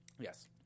Yes